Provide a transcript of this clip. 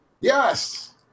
Yes